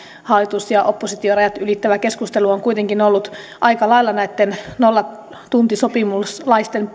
hallitus oppositio rajat ylittävä keskustelu on kuitenkin ollut aika lailla näitten nollatuntisopimuslaisten